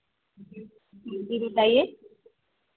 जी बताइए